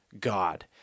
God